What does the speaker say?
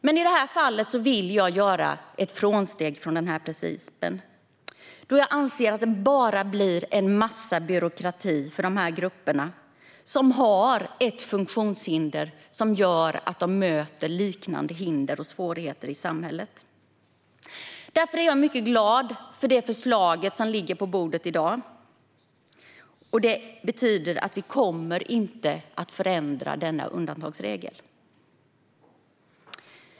Men i det här fallet vill jag göra ett avsteg från den principen, då jag anser att detta bara innebär en massa byråkrati för de grupper som har funktionshinder som gör att de möter liknande hinder och svårigheter i samhället. Därför är jag mycket glad för det förslag som i dag ligger på bordet och som innebär att vi inte kommer att förändra denna undantagsregel.